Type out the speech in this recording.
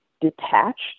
detached